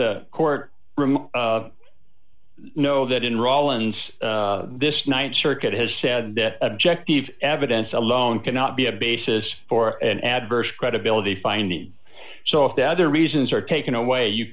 the court room know that in rawlins this th circuit has said that objective evidence alone cannot be a basis for an adverse credibility finding so if the other reasons are taken away you